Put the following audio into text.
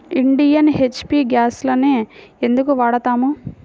Indian, HP గ్యాస్లనే ఎందుకు వాడతాము?